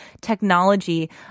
technology